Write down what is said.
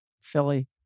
Philly